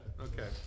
Okay